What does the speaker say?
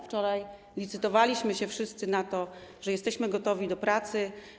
Wczoraj licytowaliśmy się wszyscy w tym, że jesteśmy gotowi do pracy.